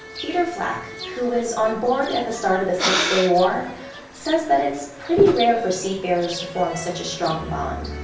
peter flack, who was on board at the start of the six-day war says that it's pretty rare for seafarers form such a strong bond.